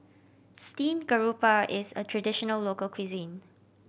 steamed garoupa is a traditional local cuisine